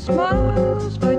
Smiles, but-